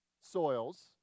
soils